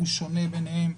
הוא שונה ביניהם.